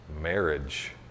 Marriage